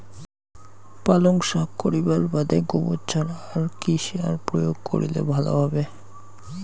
পালং শাক করিবার বাদে গোবর ছাড়া আর কি সার প্রয়োগ করিলে ভালো হবে?